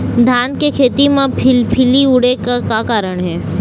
धान के खेती म फिलफिली उड़े के का कारण हे?